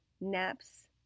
naps